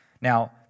Now